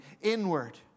inward